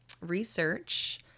research